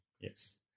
yes